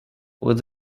what